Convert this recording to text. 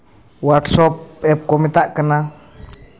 WhatsApp app ᱠᱚ ᱢᱮᱛᱟᱜ ᱠᱟᱱᱟ